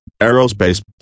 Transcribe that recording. aerospace